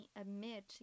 admit